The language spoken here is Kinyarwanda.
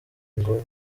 ngo